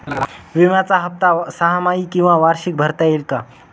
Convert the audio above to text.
विम्याचा हफ्ता सहामाही किंवा वार्षिक भरता येईल का?